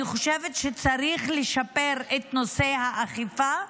אני חושבת שצריך לשפר את נושא האכיפה,